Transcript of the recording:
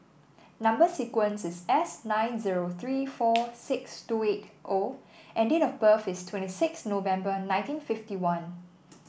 number sequence is S nine zero three four six two eight O and date of birth is twenty six November nineteen fifty one